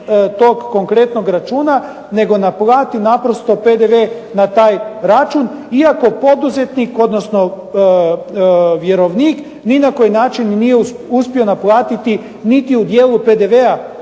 tog konkretnog računa, nego naplati naprosto PDV na taj račun iako poduzetnik odnosno vjerovnik nije ni na koji način uspio naplatiti niti u dijelu PDV-a